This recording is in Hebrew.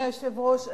אדוני היושב-ראש,